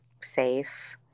safe